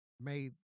made